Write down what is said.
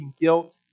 guilt